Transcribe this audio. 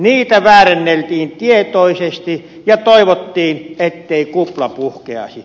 niitä väärenneltiin tietoisesti ja toivottiin ettei kupla puhkeaisi